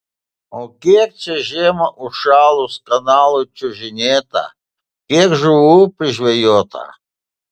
o kiek čia žiemą užšalus kanalui čiuožinėta kiek žuvų prižvejota